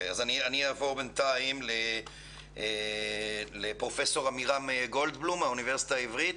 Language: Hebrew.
אז אני אעבור בינתיים לפרופ' עמירם גולדבלום מהאוניברסיטה העברית.